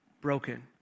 broken